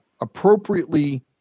appropriately